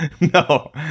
No